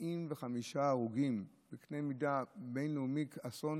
45 הרוגים, אסון בקנה מידה בין-לאומי, אסון